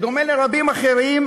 בדומה לרבים אחרים,